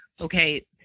okay